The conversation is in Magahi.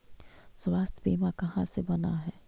स्वास्थ्य बीमा कहा से बना है?